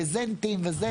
ברזנטים וכולי.